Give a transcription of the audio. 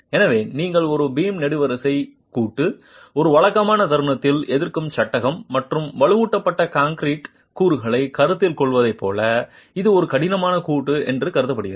எனவே நீங்கள் ஒரு பீம் நெடுவரிசை கூட்டு ஒரு வழக்கமான தருணத்தில் எதிர்க்கும் சட்டகம் மற்றும் வலுவூட்டப்பட்ட கான்கிரீட் கூறுகளை கருத்தில் கொள்வதைப் போல இது ஒரு கடினமான கூட்டு என்று கருதப்படுகிறது